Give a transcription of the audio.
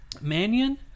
Mannion